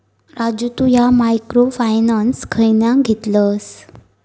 राजू तु ह्या micro finance खयना घेतलस?